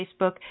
Facebook